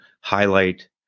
highlight